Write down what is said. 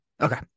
okay